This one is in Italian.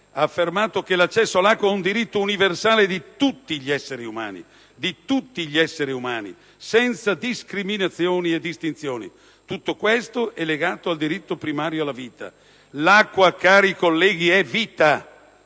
ha affermato che «l'accesso all'acqua è un diritto universale di tutti gli esseri umani senza distinzione e discriminazioni». Tutto questo è legato al diritto primario alla vita. L'acqua è vita!